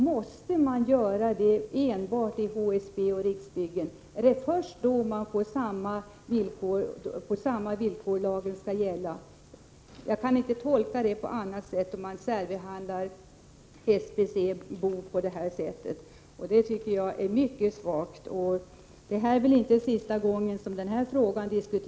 Måste man göra det enbart i HSB och i Riksbyggen, och är det bara i fråga om dessa som lagen skall gälla? Jag kan inte tolka detta på annat sätt när man särbehandlar SBC på detta sätt. Jag tycker att det är mycket svagt. Det är nog inte sista gången som vi diskuterar denna fråga. Men det hade Prot.